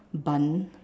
bun